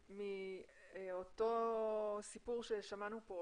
מאותו סיפור ששמענו כאן,